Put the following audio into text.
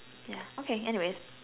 yeah okay anyways